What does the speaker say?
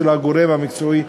של הגורם המקצועי,